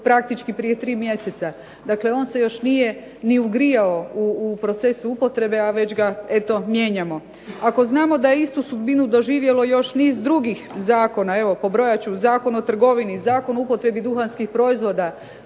praktički prije tri mjeseca, dakle on se još nije ni ugrijao u procesu upotrebe, a već ga eto mijenjamo. Ako znamo da je istu sudbinu doživjelo još niz drugih zakona, evo pobrojat ću: Zakon o trgovini, Zakon o upotrebi duhanskih proizvoda,